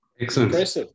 Excellent